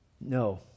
No